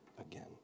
again